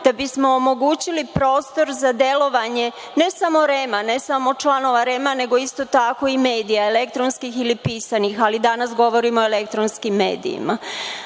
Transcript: da bismo omogućili prostor za delovanje, ne samo REM, ne samo članova REM nego isto tako i medija, elektronskih ili pisanih, ali danas govorimo o elektronskim medijima. Mislim